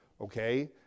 okay